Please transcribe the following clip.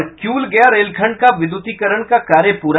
और किउल गया रेलखण्ड का विद्युतीकरण का कार्य पूरा